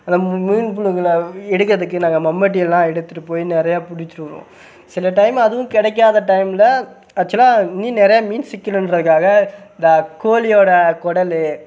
அந்த மீன் புழுக்கள எடுக்கிறதுக்கு நாங்கள் மம்முட்டி எல்லாம் எடுத்துகிட்டு போய் நிறையா பிடிச்சுட்டு வருவோம் சில டைம் அதுவும் கிடைக்காத டைமில் ஆச்சுவலாக மீன் நிறையா மீன் சிக்கிடுங்றதுக்காக இந்த கோழியோட குடலு